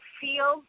feel